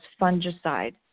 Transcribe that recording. fungicide